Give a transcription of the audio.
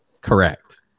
Correct